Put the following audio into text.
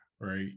right